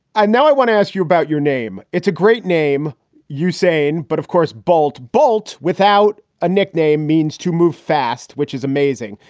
i know. i want to ask you about your name. it's a great name you're saying. but of course bolt bolt without a nickname means to move fast, which is amazing.